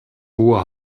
hohe